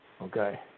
okay